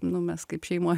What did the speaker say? nu mes kaip šeimoj